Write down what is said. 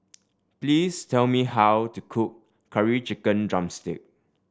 please tell me how to cook Curry Chicken drumstick